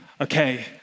okay